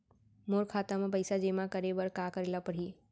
मोर खाता म पइसा जेमा करे बर का करे ल पड़ही?